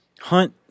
hunt